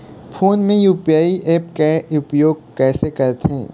Phone मे UPI app के उपयोग कइसे करथे?